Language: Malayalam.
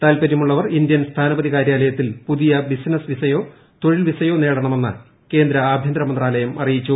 താൽപര്യമുള്ളവർ ഇന്ത്യൻ സ്ഥാനപതി കാര്യാലയത്തിൽ നിന്ന് പുതിയ ബിസിനസ് വിസയോ തൊഴിൽ വിസയോ നേടണമെന്ന് കേന്ദ്ര ആഭ്യന്ത്ര മന്ത്രാലയം അറിയിച്ചു